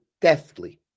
deftly